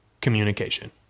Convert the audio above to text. communication